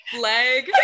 leg